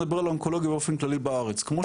נדבר על האונקולוגיה באופן כללי בארץ.